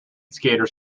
skaters